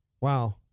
wow